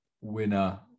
winner